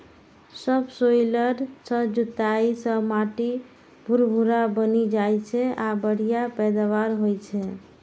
subsoiler सं जोताइ सं माटि भुरभुरा बनि जाइ छै आ बढ़िया पैदावार होइ छै